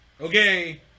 Okay